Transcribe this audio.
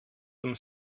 dem